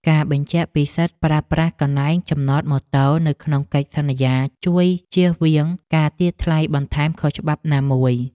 ការបញ្ជាក់ពីសិទ្ធិប្រើប្រាស់កន្លែងចំណតម៉ូតូនៅក្នុងកិច្ចសន្យាជួយជៀសវាងការទារថ្លៃបន្ថែមខុសច្បាប់ណាមួយ។